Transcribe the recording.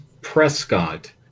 Prescott